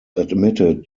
admitted